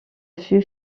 fut